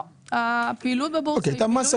הפעילות בבורסה